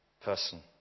person